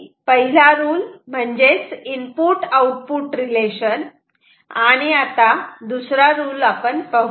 तेव्हा पहिला रुल म्हणजेच इनपुट आउटपुट रिलेशन आणि दुसरा रुल आपण पाहूयात